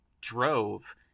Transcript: drove